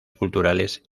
culturales